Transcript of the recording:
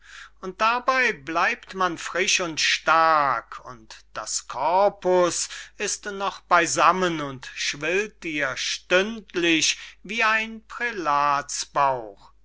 und dabey bleibt man frisch und stark und das korpus ist noch beysammen und schwillt dir stündlich wie ein prälats bauch